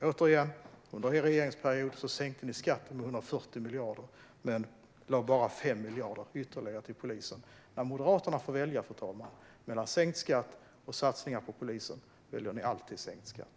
Återigen: Under er regeringsperiod sänkte ni skatten med 140 miljarder, men lade bara 5 miljarder ytterligare till polisen. När Moderaterna får välja, fru talman, mellan sänkt skatt och satsningar på polisen väljer de alltid sänkt skatt.